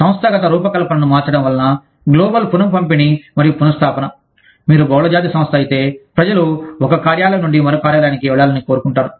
సంస్థాగత రూపకల్పనను మార్చడం వలన గ్లోబల్ పునః పంపిణీ మరియు పునఃస్థాపన మీరు బహుళజాతి సంస్థ అయితే ప్రజలు ఒక కార్యాలయం నుండి మరొక కార్యాలయానికి వెళ్లాలని కోరుకుంటారు